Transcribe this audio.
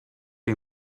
que